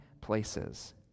places